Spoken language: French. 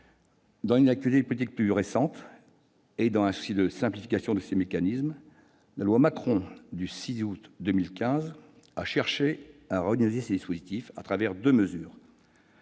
Dans une actualité politique plus récente et dans un souci de simplification de ces mécanismes, la loi Macron du 6 août 2015 a cherché à redynamiser ce dispositif à travers deux mesures